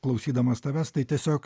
klausydamas tavęs tai tiesiog